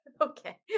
Okay